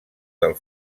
del